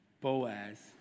Boaz